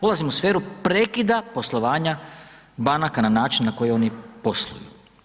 Ulazim u sferu prekida poslovanja banaka na način na koji oni posluju.